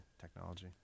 technology